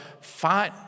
fight